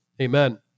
Amen